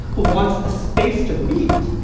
who wants a space to meet,